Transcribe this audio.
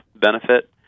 benefit